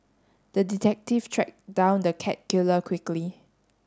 the detective tracked down the cat killer quickly